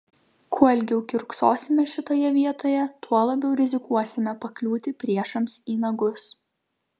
kuo ilgiau kiurksosime šitoje vietoje tuo labiau rizikuosime pakliūti priešams į nagus